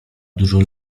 dużo